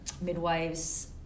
Midwives